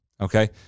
okay